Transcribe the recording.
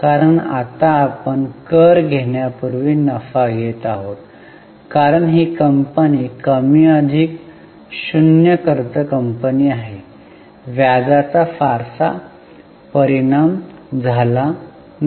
कारण आता आपण कर घेण्यापूर्वी नफा घेत आहात कारण ही कंपनी कमी अधिक 0 कर्ज कंपनी आहे व्याजाचा फारसा परिणाम झाला नाही